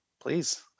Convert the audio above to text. please